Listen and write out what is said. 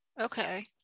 okay